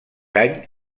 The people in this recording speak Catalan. any